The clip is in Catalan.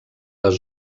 les